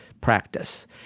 practice